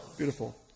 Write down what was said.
Beautiful